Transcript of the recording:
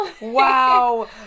Wow